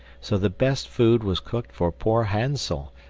so the best food was cooked for poor hansel,